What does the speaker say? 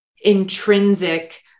intrinsic